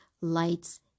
lights